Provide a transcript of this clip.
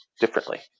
differently